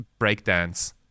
breakdance